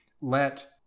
let